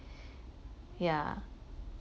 yeah